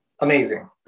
amazing